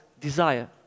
desire